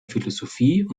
philosophie